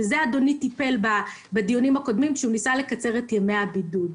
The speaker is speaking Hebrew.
בזה אדוני טיפל כשהוא ניסה לקצר את ימי הבידוד.